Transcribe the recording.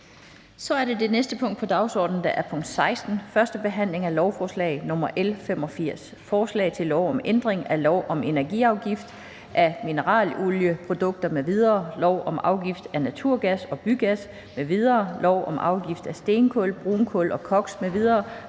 --- Det næste punkt på dagsordenen er: 16) 1. behandling af lovforslag nr. L 85: Forslag til lov om ændring af lov om energiafgift af mineralolieprodukter m.v., lov om afgift af naturgas og bygas m.v., lov om afgift af stenkul, brunkul og koks m.v.,